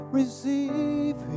receive